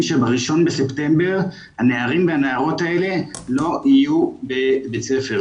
שב-1 לספטמבר הנערים והנערות האלה לא יהיו בבית ספר,